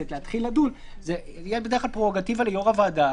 זה בהחלט דבר נדיר.